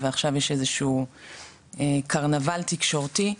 ועכשיו יש איזשהו קרנבל תקשורתי,